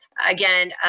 again,